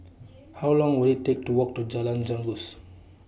How Long Will IT Take to Walk to Jalan Janggus